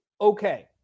okay